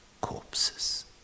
corpses